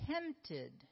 tempted